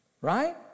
Right